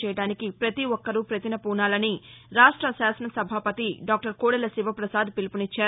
చేయదానికి పతిఒక్కరూ పతినపూనాలని రాష్ట శాసన సభాపతి దాక్టర్ కోదెల శివప్రసాద్ పిలుపునిచ్చారు